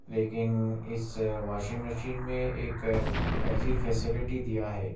لیکن اس washing machine میں ایک ایسی فیسیلٹی دیا ہے